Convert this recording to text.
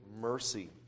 mercy